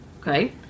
okay